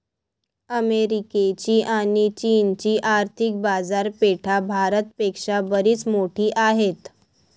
अमेरिकेची आणी चीनची आर्थिक बाजारपेठा भारत पेक्षा बरीच मोठी आहेत